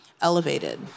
elevated